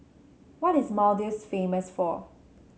what is Maldives famous for